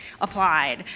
applied